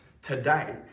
Today